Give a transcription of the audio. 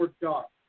dark